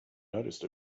noticed